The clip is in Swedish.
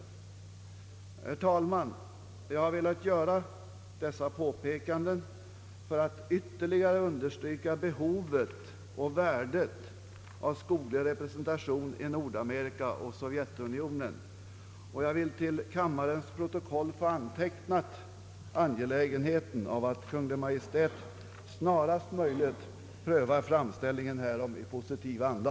Herr talman! Jag har velat göra dessa påpekanden för att ytterligare understryka behovet och värdet av skoglig representation i Nordamerika och Sovjetunionen, och jag vill till kammarens protokoll få antecknat angelägenheten av att Kungl. Maj:t snarast möjligt prövar framställningen härom i positiv anda.